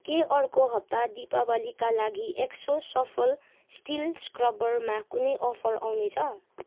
के अर्को हप्ता दीपावलीका लागि एक्सो सफल स्टिल स्क्रबरमा कुनै अफर आउनेछ